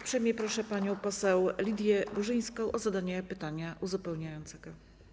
Uprzejmie proszę panią poseł Lidię Burzyńską o zadanie pytania uzupełniającego.